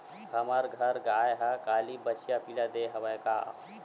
हमर घर गाय ह काली बछिया पिला दे हवय गा